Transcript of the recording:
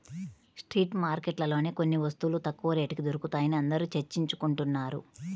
street మార్కెట్లలోనే కొన్ని వస్తువులు తక్కువ రేటుకి దొరుకుతాయని అందరూ చర్చించుకుంటున్నారు